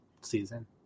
season